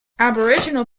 aboriginal